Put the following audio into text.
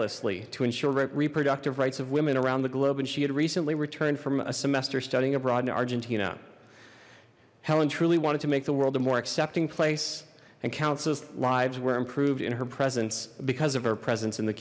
tirelessly to ensure reproductive rights of women around the globe and she had recently returned from a semester studying abroad in argentina helen truly wanted to make the world a more accepting place and countless lives were improved in her presence because of her presence in the